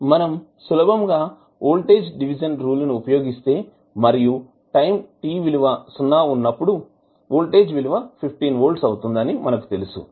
మనం సులభంగా voltage division rule ని ఉపయోగిస్తే మరియు టైం t విలువ సున్నా ఉన్నప్పుడు వోల్టేజ్ విలువ 15 వోల్ట్స్ అవుతుంది అని మనకు తెలుసు